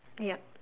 yup